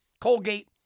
Colgate